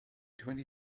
twenty